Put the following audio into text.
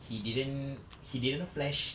he didn't he didn't flash